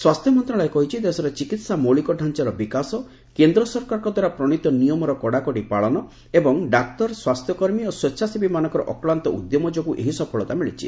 ସ୍ୱାସ୍ଥ୍ୟ ମନ୍ତ୍ରଣାଳୟ କହିଛି ଦେଶରେ ଚିକିତ୍ସା ମୌଳିକତାଞ୍ଚାର ବିକାଶ କେନ୍ଦ୍ର ସରକାରଙ୍କ ଦ୍ୱାରା ପ୍ରଣୀତ ନିୟମର କଡାକଡି ପାଳନ ଏବଂ ଡାକ୍ତର ସ୍ୱାସ୍ଥ୍ୟକର୍ମୀ ଓ ସ୍ପେଚ୍ଛାସେବୀମାନଙ୍କର ଅକ୍ଲାନ୍ତ ଉଦ୍ୟମ ଯୋଗୁଁ ଏହି ସଫଳତା ମିଳିଛି